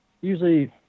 usually